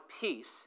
peace